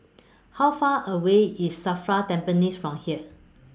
How Far away IS SAFRA Tampines from here